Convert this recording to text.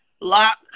lock